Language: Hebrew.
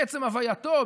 בעצם הווייתו,